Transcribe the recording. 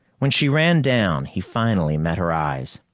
when she ran down, he finally met her eyes.